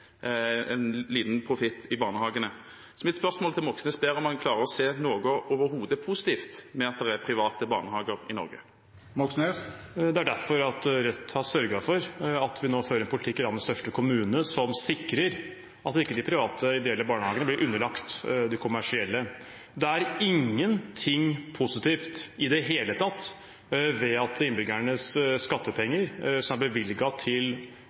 en liten profitt i barnehagesektoren. Mitt spørsmål til Moxnes er om han overhodet klarer å se noe positivt ved at det er private barnehager i Norge. Det er derfor Rødt har sørget for at vi nå fører en politikk i landets største kommune som sikrer at de private ideelle barnehagene ikke blir underlagt de kommersielle. Det er i det hele tatt ikke noe positivt ved at innbyggernes skattepenger som er bevilget til